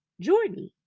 Jordan